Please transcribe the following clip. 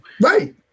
right